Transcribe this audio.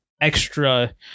extra